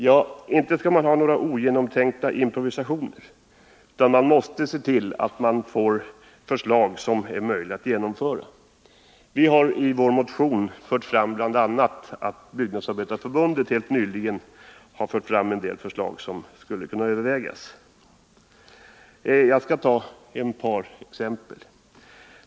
Ja, inte skall man göra några ogenomtänkta improvisationer, utan man måste se till att man får förslag som är möjliga att genomföra. Av vår motion framgår det att Byggnadsarbetareförbundet helt nyligen har lagt fram en del förslag som skulle kunna övervägas. Jag skall ta ett par exempel.